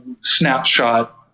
snapshot